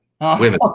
Women